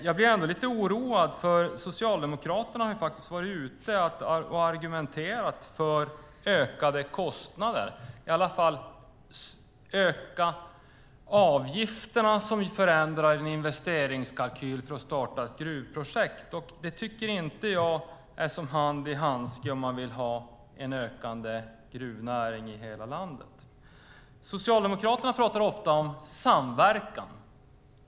Jag blir ändå lite oroad, för Socialdemokraterna har faktiskt varit ute och argumenterat för ökade kostnader, i alla fall för att öka avgifterna vilket förändrar en investeringskalkyl för att starta ett gruvprojekt. Det tycker jag inte är som hand i handske om man vill ha en ökande gruvnäring i hela landet. Socialdemokraterna pratar ofta om samverkan.